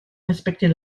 respecter